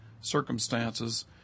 circumstances